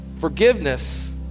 forgiveness